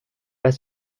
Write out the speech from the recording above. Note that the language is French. pas